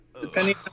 Depending